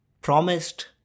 promised